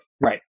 Right